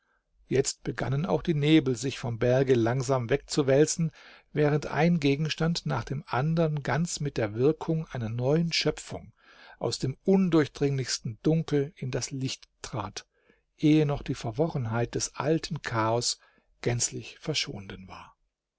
jetzt begannen auch die nebel sich vom berge langsam wegzuwälzen während ein gegenstand nach dem andern ganz mit der wirkung einer neuen schöpfung aus dem undurchdringlichsten dunkel in das licht trat ehe noch die verworrenheit des alten chaos gänzlich verschwunden war